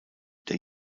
der